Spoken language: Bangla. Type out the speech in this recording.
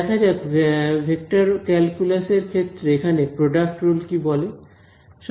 দেখা যাক ভেক্টর ক্যালকুলাস এর ক্ষেত্রে এখানে প্রোডাক্ট রুল কি বলে